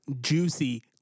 juicy